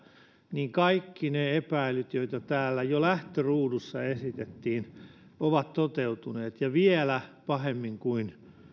niin kaikki ne epäilyt joita täällä jo lähtöruudussa esitettiin ovat toteutuneet ja vielä pahemmin kuin